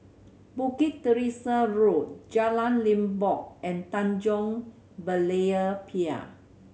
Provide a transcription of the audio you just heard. Bukit Teresa Road Jalan Limbok and Tanjong Berlayer Pier